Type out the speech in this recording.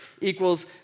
equals